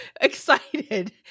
excited